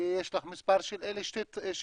כי יש לך מספר של אלה שהשתתפו,